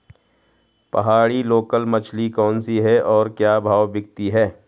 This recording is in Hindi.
पहाड़ी लोकल मछली कौन सी है और क्या भाव बिकती है?